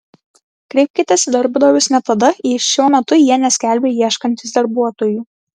kreipkitės į darbdavius net tada jei šiuo metu jie neskelbia ieškantys darbuotojų